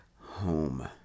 home